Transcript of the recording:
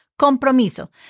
Compromiso